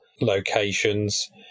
locations